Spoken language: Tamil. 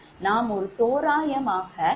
நாம் ஒரு தோராயமாக இதை எடுத்துக் கொண்டுள்ளோம்